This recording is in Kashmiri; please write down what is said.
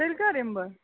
تیٚلہِ کَر یِمہٕ بہٕ